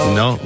no